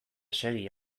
segi